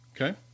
Okay